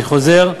אני חוזר: